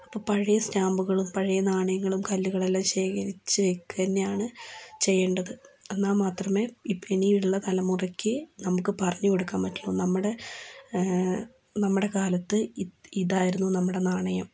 അപ്പോൾ പഴയ സ്റ്റാമ്പുകളും പഴയ നാണയങ്ങളും കല്ലുകളെല്ലാം ശേഖരിച്ച് വയ്ക്കുക തന്നെയാണ് ചെയ്യേണ്ടത്ത് എന്നാല് മാത്രമേ ഇനിയുള്ള തലമുറയ്ക്ക് നമുക്ക് പറഞ്ഞു കൊടുക്കാന് പറ്റുള്ളു നമ്മുടെ നമ്മുടെ കാലത്ത് ഇതായിരുന്നു നമ്മുടെ നാണയം